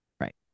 right